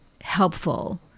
helpful